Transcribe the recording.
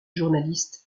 journaliste